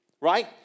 Right